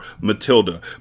Matilda